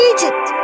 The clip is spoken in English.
Egypt